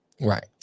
right